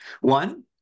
one